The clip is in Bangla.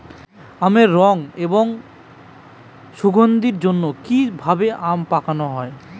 আমের রং এবং সুগন্ধির জন্য কি ভাবে আম পাকানো হয়?